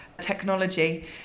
technology